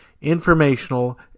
informational